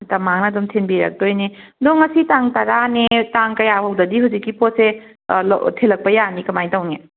ꯃꯇꯝ ꯃꯥꯡꯉ ꯑꯗꯨꯝ ꯊꯤꯟꯕꯤꯔꯛꯇꯣꯏꯅꯤ ꯑꯗꯣ ꯉꯁꯤ ꯇꯥꯡ ꯇꯔꯥꯅꯦ ꯇꯥꯡ ꯀꯌꯥ ꯐꯥꯎꯕꯗꯗꯤ ꯍꯧꯖꯤꯛꯀꯤ ꯄꯣꯠꯁꯦ ꯊꯤꯜꯂꯛꯄ ꯌꯥꯅꯤ ꯀꯃꯥꯏꯅ ꯇꯧꯅꯤ